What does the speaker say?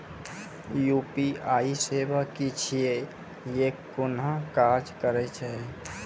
UPI सेवा की छियै? ई कूना काज करै छै?